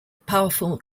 powerful